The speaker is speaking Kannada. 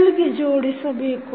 ಗೆ ಜೋಡಿಸಬೇಕು